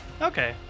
Okay